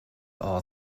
all